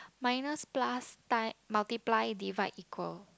minus plus ti~ multiply divide equal